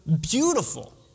beautiful